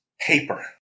paper